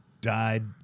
died